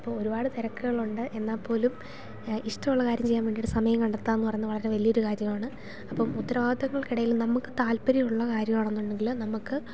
അപ്പോൾ ഒരുപാട് തിരക്കുകൾ ഉണ്ട് എന്നാൽ പോലും ഇഷ്ടമുള്ള കാര്യം ചെയ്യാൻ വേണ്ടി ഒരു സമയം കണ്ടെത്തുക എന്നു പറയു ത് വളരെ വലിയ ഒരു കാര്യമാണ് അപ്പം ഉത്തരവാദത്തങ്ങൾക്ക് ഇടയിൽ നമുക്ക് താല്പര്യമുള്ള കാര്യമാണെന്നുണ്ടെങ്കിൽ നമുക്ക്